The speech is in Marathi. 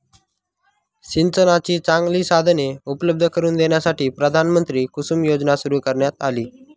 सिंचनाची चांगली साधने उपलब्ध करून देण्यासाठी प्रधानमंत्री कुसुम योजना सुरू करण्यात आली